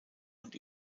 und